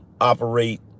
operate